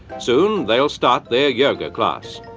soon they'll start their yoga class.